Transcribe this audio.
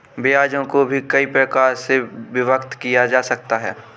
ब्याजों को भी कई प्रकार से विभक्त किया जा सकता है